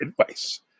advice